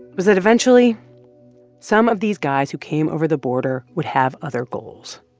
was that eventually some of these guys who came over the border would have other goals,